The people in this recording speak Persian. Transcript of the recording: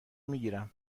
میگیرم